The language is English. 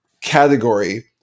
category